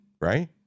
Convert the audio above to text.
right